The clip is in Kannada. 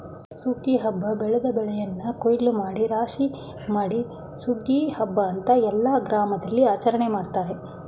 ಸುಗ್ಗಿ ಹಬ್ಬ ಬೆಳೆದ ಬೆಳೆನ ಕುಯ್ಲೂಮಾಡಿ ರಾಶಿಮಾಡಿ ಸುಗ್ಗಿ ಹಬ್ಬ ಅಂತ ಎಲ್ಲ ಗ್ರಾಮದಲ್ಲಿಆಚರಣೆ ಮಾಡ್ತಾರೆ